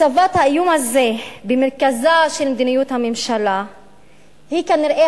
הצבת האיום הזה במרכזה של מדיניות הממשלה היא כנראה